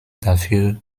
dafür